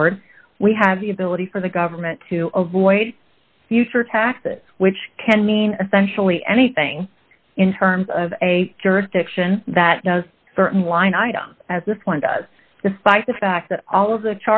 board we have the ability for the government to avoid future taxes which can mean essentially anything in terms of a jurisdiction that does certain line items as this one does despite the fact that all of the